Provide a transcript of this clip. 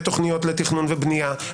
בתוכניות לתכנון ובנייה,